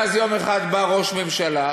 ואז יום אחד בא ראש ממשלה,